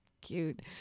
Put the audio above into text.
cute